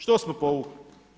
Što smo povukli?